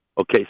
Okay